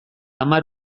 hamar